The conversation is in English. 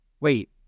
wait